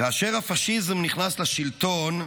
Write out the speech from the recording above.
"כאשר הפשיזם נכנס לשלטון,